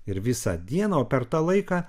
ir visą dieną o per tą laiką